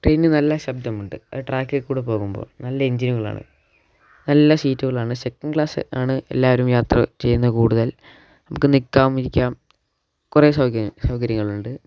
ട്രെയിനിന് നല്ല ശബ്ദമുണ്ട് ആ ട്രാക്കിൽ കൂടെ പോകുമ്പോൾ നല്ല എഞ്ചിനുകളാണ് നല്ല സീറ്റുകളാണ് സെക്കൻഡ് ക്ലാസ് ആണ് എല്ലാവരും യാത്ര ചെയ്യുന്ന കൂടുതൽ നമുക്ക് നിൽക്കാം ഇരിക്കാം കുറേ സൗകര്യങ്ങളുണ്ട്